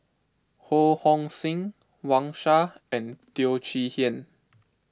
Ho Hong Sing Wang Sha and Teo Chee Hean